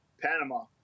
Panama